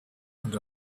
and